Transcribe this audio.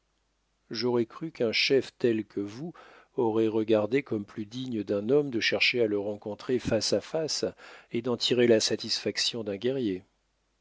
j'aurais cru qu'un chef tel que vous aurait regardé comme plus digne d'un homme de chercher à le rencontrer face à face et d'en tirer la satisfaction d'un guerrier